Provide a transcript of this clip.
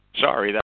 Sorry